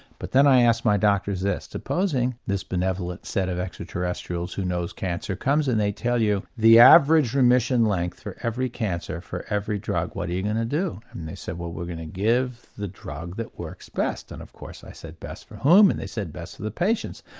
but then i ask my doctors this supposing this benevolent set of extra-terrestrials who knows cancer comes and they tell you the average remission length for every cancer for every drug, what are you going to do? and and they said well we're going to give the drug that works best. and of course i said best for whom? and they said best for the patients.